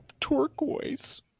turquoise